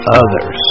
others